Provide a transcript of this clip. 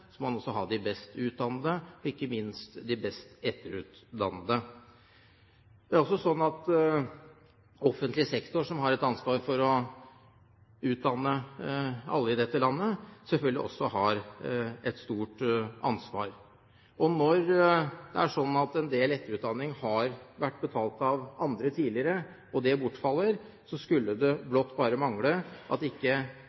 man ha de best utdannede og ikke minst de best etterutdannede. Det er også sånn at offentlig sektor, som har et ansvar for å utdanne alle i dette landet, selvfølgelig også har et stort ansvar. Når det er slik at en del etterutdanning har vært betalt av andre tidligere, og det bortfaller, skulle det